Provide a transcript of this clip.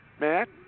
Matt